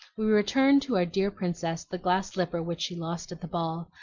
we return to our dear princess the glass slipper which she lost at the ball,